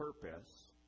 purpose